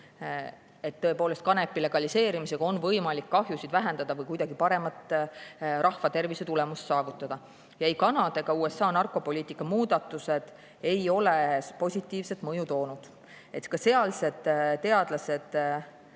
et tõepoolest kanepi legaliseerimisega on võimalik kahjusid vähendada või kuidagi paremat rahva tervise tulemust saavutada. Ei Kanada ega USA narkopoliitika muudatused ei ole positiivset mõju toonud. Sealsed teadlased